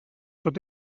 tot